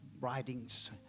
writings